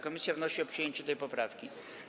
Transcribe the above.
Komisja wnosi o przyjęcie tej poprawki.